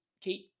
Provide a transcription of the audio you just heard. kate